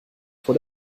vor